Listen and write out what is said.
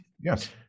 yes